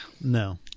No